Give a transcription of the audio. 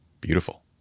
beautiful